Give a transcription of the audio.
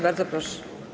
Bardzo proszę.